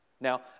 Now